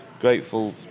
grateful